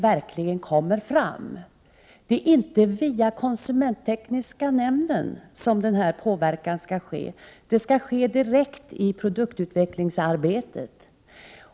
Det är inte via konsumenttekniska nämnden som den här påverkan skall ske. Den skall ske direkt i produktutvecklingsarbetet.